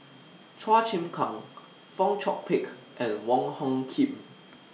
Chua Chim Kang Fong Chong Pik and Wong Hung Khim